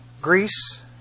Greece